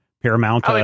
Paramount